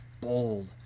bold